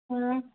ꯎꯝ